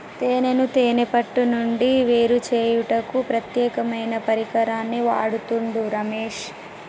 తేనెను తేనే పట్టు నుండి వేరుచేయుటకు ప్రత్యేకమైన పరికరాన్ని వాడుతుండు రమేష్